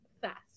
fast